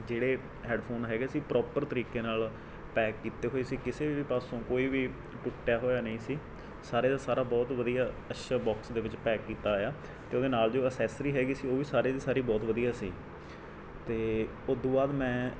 ਜਿਹੜੇ ਹੈਡਫੋਨ ਹੈਗੇ ਸੀ ਪ੍ਰੋਪਰ ਤਰੀਕੇ ਨਾਲ ਪੈਕ ਕੀਤੇ ਹੋਏ ਸੀ ਕਿਸੇ ਵੀ ਪਾਸੋਂ ਕੋਈ ਵੀ ਟੁੱਟਿਆ ਹੋਇਆ ਨਹੀਂ ਸੀ ਸਾਰੇ ਦਾ ਸਾਰਾ ਬਹੁਤ ਵਧੀਆ ਅੱਛਾ ਬੋਕਸ ਦੇ ਵਿੱਚ ਪੈਕ ਕੀਤਾ ਹੋਇਆ ਅਤੇ ਉਹਦੇ ਨਾਲ ਜੋ ਅਸੈਸਰੀ ਹੈਗੀ ਸੀ ਉਹ ਵੀ ਸਾਰੇ ਦੀ ਸਾਰੀ ਬਹੁਤ ਵਧੀਆ ਸੀ ਅਤੇ ਓਦੂ ਬਾਅਦ ਮੈਂ